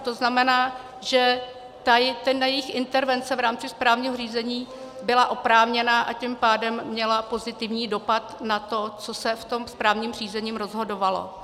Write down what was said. To znamená, že jejich intervence v rámci správního řízení byla oprávněná, a tím pádem měla pozitivní dopad na to, co se v tom správním řízení rozhodovalo.